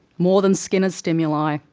more than skinner's stimuli,